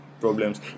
problems